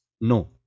No